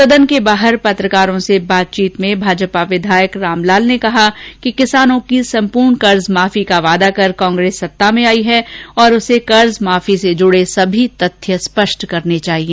सदन के बाद पत्रकारों से बातचीत में भाजपा विधायक रामलाल ने कहा कि किसानों की संपूर्ण कर्जमाफी का वादा कर कांग्रेस सत्ता में आयी है और उन्हें कर्जमाफी से जुडे सभी तथ्य स्पष्ट करने चाहिए